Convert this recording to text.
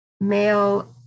male